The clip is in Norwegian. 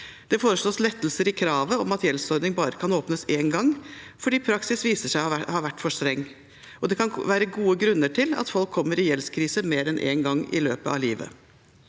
Det foreslås lettelser i kravet om at gjeldsordning bare kan åpnes én gang, fordi praksisen viser seg å ha vært for streng. Det kan være gode grunner til at folk kommer i gjeldskrise mer enn én gang i løpet av livet.